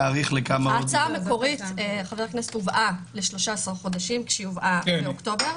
ההצעה המקורית הובאה ל-13 חודשים באוקטובר.